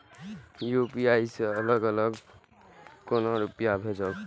UPI से अलग अलग केना रुपया भेजब